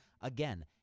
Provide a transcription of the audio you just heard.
Again